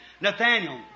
Nathaniel